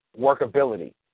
workability